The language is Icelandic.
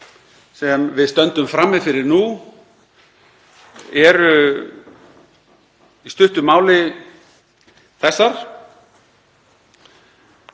sem við stöndum frammi fyrir nú eru í stuttu máli þessar: